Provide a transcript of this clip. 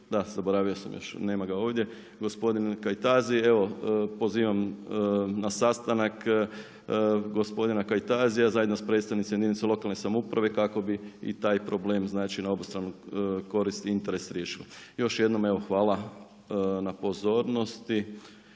da zaboravio sam, nema ga ovdje gospodin Kajtazi, evo pozivam na sastanak, gospodina Kajtazima, zajedno s predstavnicima jedinica lokalne samouprave kako bi i taj problem na obostrano korist i interes riješili. Još jednom hvala na pozornosti